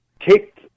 kicked